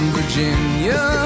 Virginia